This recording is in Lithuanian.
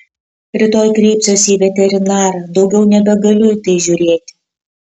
rytoj kreipsiuosi į veterinarą daugiau nebegaliu į tai žiūrėti